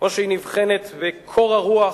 או שהיא נבחנת בקור הרוח